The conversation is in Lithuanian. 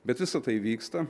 bet visa tai vyksta